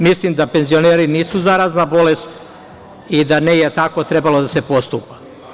Mislim da penzioneri nisu zarazna bolest i da nije trebalo tako da se postupa.